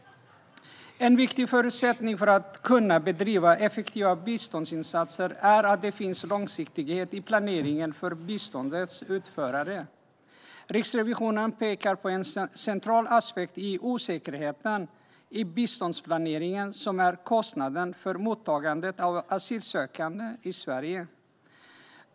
En viktig förutsättning för att kunna bedriva effektiva biståndsinsatser är att det finns långsiktighet i planeringen för biståndets utförare. Riksrevisionen pekar på en central aspekt av osäkerheten i biståndsplaneringen. Det är kostnaden för mottagandet av asylsökande i Sverige.